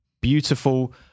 beautiful